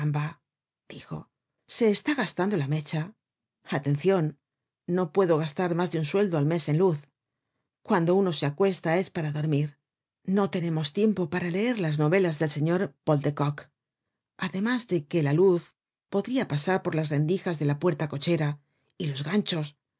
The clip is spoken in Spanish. dijo se está gastando la mecha atencion no puedo gastar mas de un sueldo al mes en luz cuando uno se acuesta es para dormir no tenemos tiempo para leer las novelas del señor paul de kock además de que la luz podria pasar por las rendijas de la puerta-cochera y los ganchos